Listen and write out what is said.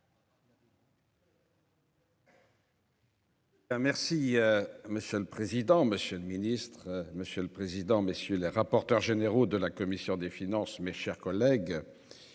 Merci monsieur le président, Monsieur le Ministre, Monsieur le Président, messieurs les rapporteurs généraux de la commission des finances, mes chers collègues.